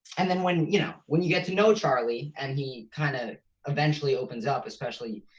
and then when you know, when you get to know charlie and he kinda eventually opens up, especially,